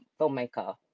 filmmaker